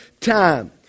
time